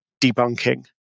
debunking